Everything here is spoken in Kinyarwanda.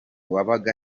wabaga